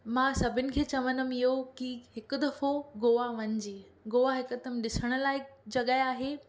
मां सभिनी खे चवंदमि इहो कि हिकु दफ़ो गोवा वञिजे गोवा हिकदमि ॾिसण लाइक़ु जॻहि आहे